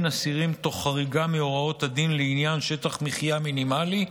אסירים תוך חריגה מהוראות הדין לעניין שטח מחיה מינימלי,